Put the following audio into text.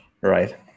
Right